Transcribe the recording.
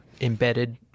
embedded